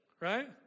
right